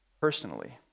personally